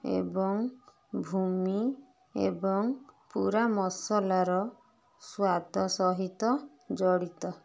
ଏବଂ ଭୂମି ଏବଂ ପୁରା ମସଲାର ସ୍ୱାଦ ସହିତ ଜଡ଼ିତ